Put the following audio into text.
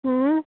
उँ